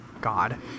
God